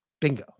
Bingo